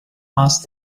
asked